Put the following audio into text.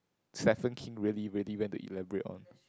Stephen-King really really went to elaborate on